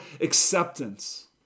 acceptance